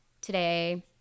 today